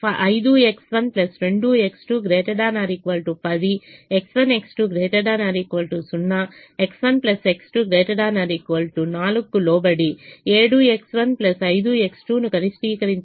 5X1 2X2 ≥ 10 X1 X2 ≥ 0 X1 X2 ≥ 4 కు లోబడి 7X1 5X2 ను కనిష్టీకరించడం సమస్య